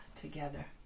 together